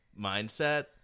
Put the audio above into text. mindset